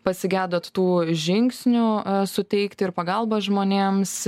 pasigedot tų žingsnių suteikti ir pagalbą žmonėms